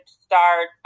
start